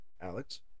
Alex